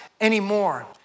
anymore